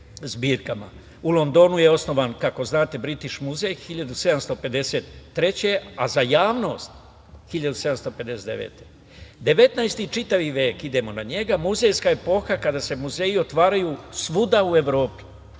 U Londonu je osnovan, kako znate, Britiš muzej 1753. godine, a za javnost 1759. godine. Devetnaesti, čitavi vek, idemo na njega, muzejska epoha kada se muzeji otvaraju svuda u Evropi.